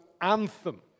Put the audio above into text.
anthem